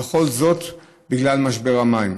וכל זאת בגלל משבר המים.